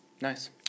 Nice